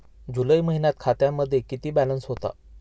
जुलै महिन्यात खात्यामध्ये किती बॅलन्स होता?